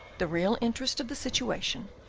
the real interest of the situation,